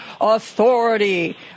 authority